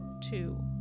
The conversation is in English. two